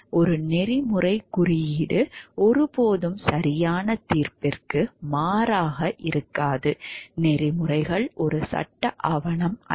ஒரு நெறிமுறைக் குறியீடு ஒருபோதும் சரியான தீர்ப்புக்கு மாற்றாக இருக்காது நெறிமுறைகள் ஒரு சட்ட ஆவணம் அல்ல